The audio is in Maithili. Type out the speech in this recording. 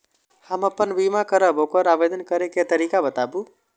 हम आपन बीमा करब ओकर आवेदन करै के तरीका बताबु?